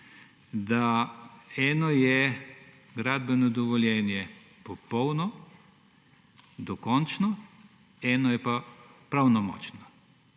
da eno je gradbeno dovoljenje popolno, dokončno, eno je pa pravnomočno